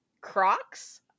Crocs